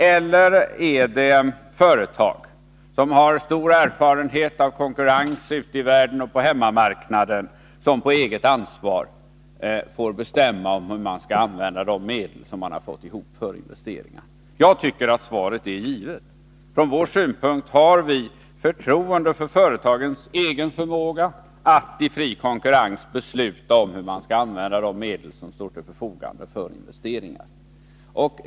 Eller skall företagen, som har stor erfarenhet av konkurrens ute i världen och på hemmamarknaden, på eget ansvar få bestämma om hur man skall använda de medel man har fått ihop för investeringar? Jag tycker att svaret är givet. Från vår synpunkt har vi förtroende för företagens egen förmåga att i fri konkurrens besluta om hur man skall använda de medel som står till förfogande för investeringar.